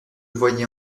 voyais